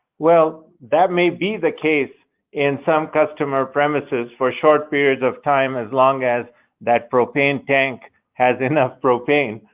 well, that may be the case in some customer premises for short periods of time, as long as that propane tank has enough propane,